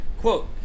Quote